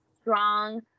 strong